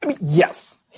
Yes